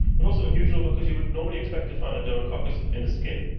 but also unusual because you would normally expect to find a dermacoccus in the skin,